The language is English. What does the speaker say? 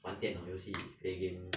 玩电脑游戏 play game